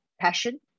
passion